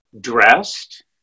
dressed